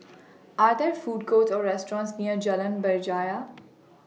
Are There Food Courts Or restaurants near Jalan Berjaya